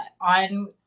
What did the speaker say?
on